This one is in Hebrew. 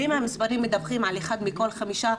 ואם המספרים מדווחים על אחד מתוך חמישה,